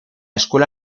escuela